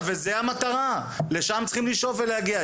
וזו המטרה לשם צריכים לשאוף ולהגיע.